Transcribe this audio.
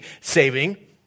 saving